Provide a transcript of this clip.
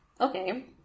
Okay